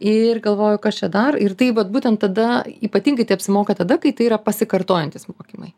ir galvoju kas čia dar ir tai vat būtent tada ypatingai tai apsimoka tada kai tai yra pasikartojantys mokymai